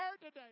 today